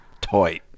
Toy